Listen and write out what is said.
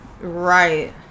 right